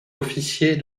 officier